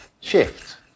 shift